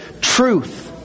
truth